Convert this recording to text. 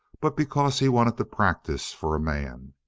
but because he wanted to practice for a man.